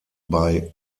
bei